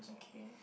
okay